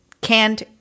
canned –